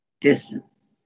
distance